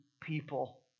people